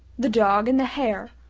the dog and the hare,